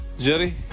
Jerry